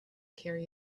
carry